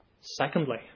Secondly